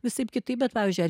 visaip kitaip bet pavyzdžiui ar